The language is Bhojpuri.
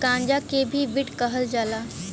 गांजा के भी वीड कहल जाला